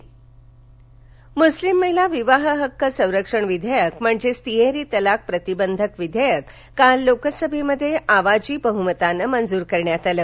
संसद मुस्लिम महिला विवाह हक्क संरक्षण विधेयक म्हणजेच तिहेरी तलाक प्रतिबंधक विधेयक काल लोकसभेत आवाजी बहुमतानं मंजूर करण्यात आलं